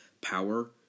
Power